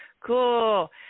Cool